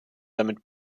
damit